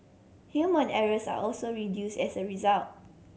human errors are also reduce as a result